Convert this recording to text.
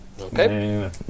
Okay